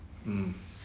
mm